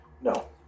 No